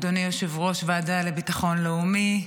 אדוני יושב-ראש הוועדה לביטחון לאומי,